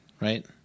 Right